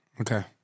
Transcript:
Okay